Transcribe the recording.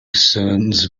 sons